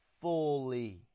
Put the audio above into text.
fully